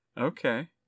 Okay